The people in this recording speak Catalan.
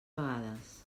vegades